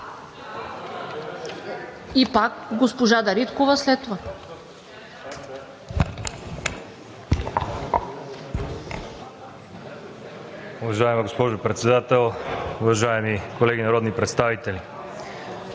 и пак госпожа Дариткова след